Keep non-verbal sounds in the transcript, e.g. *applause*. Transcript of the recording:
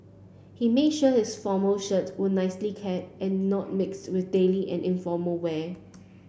he made sure his formal shirts were nicely kept and not mixed with daily and informal wear *noise*